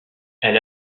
elle